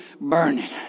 burning